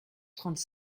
trente